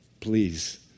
please